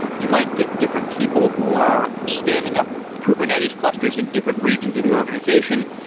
you might get different people who are standing up kubernetes clusters in different regions of the organization.